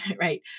right